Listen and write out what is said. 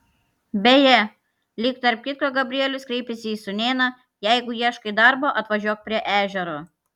beje lyg tarp kitko gabrielius kreipėsi į sūnėną jeigu ieškai darbo atvažiuok prie ežero